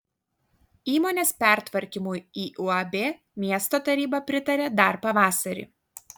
įmonės pertvarkymui į uab miesto taryba pritarė dar pavasarį